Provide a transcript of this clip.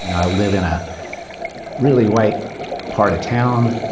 you know i live in a really white part of town,